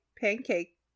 pancake